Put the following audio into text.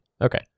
Okay